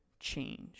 change